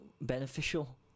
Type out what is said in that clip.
beneficial